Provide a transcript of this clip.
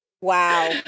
wow